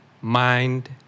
mind